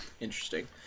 Interesting